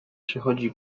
przychodzi